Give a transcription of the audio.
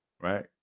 right